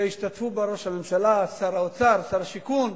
שהשתתפו בה ראש הממשלה, שר האוצר, שר השיכון,